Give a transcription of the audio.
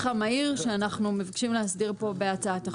המהיר שאנחנו מבקשים להסדיר פה בהצעת החוק.